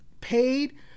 paid